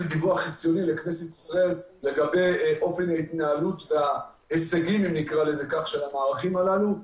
דיווח חציוני לכנסת לגבי אופן ההתנהלות וההישגים של המערכים הללו.